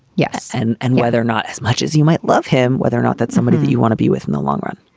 yes. and and whether or not as much as you might love him, whether or not that somebody that you want to be with in the long run,